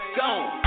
gone